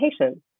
patients